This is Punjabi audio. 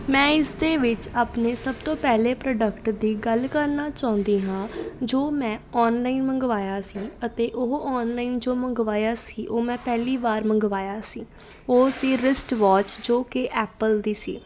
ਮੈਂ ਇਸਦੇ ਵਿੱਚ ਆਪਣੇ ਸਭ ਤੋਂ ਪਹਿਲੇ ਪ੍ਰੋਡਕਟ ਦੀ ਗੱਲ ਕਰਨਾ ਚਾਹੁੰਦੀ ਹਾਂ ਜੋ ਮੈਂ ਔਨਲਾਈਨ ਮੰਗਵਾਇਆ ਸੀ ਅਤੇ ਉਹ ਔਨਲਾਈਨ ਜੋ ਮੰਗਵਾਇਆ ਸੀ ਉਹ ਮੈਂ ਪਹਿਲੀ ਵਾਰ ਮੰਗਵਾਇਆ ਸੀ ਉਹ ਸੀ ਰਿਸਟ ਵੋਚ ਜੋ ਕਿ ਐਪਲ ਦੀ ਸੀ